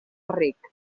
ric